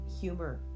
Humor